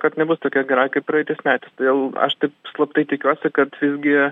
kad nebus tokia gera kaip praeitais metais todėl aš taip slaptai tikiuosi kad visgi